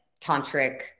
tantric